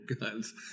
guns